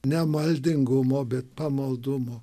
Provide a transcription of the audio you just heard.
ne maldingumo bet pamaldumo